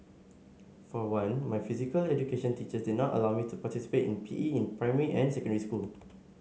for one my physical education teachers did not allow me to participate in P E in primary and secondary school